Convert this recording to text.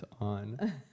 on